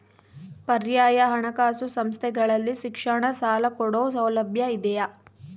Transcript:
ಪರ್ಯಾಯ ಹಣಕಾಸು ಸಂಸ್ಥೆಗಳಲ್ಲಿ ಶಿಕ್ಷಣ ಸಾಲ ಕೊಡೋ ಸೌಲಭ್ಯ ಇದಿಯಾ?